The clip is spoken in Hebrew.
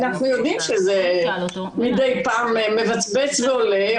אנחנו יודעים שזה מדי פעם מבצבץ ועולה.